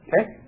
Okay